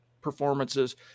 performances